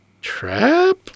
trap